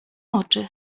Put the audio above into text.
oczy